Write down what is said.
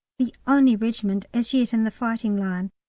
the only regiment as yet in the fighting line.